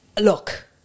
look